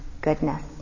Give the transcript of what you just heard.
goodness